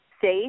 safe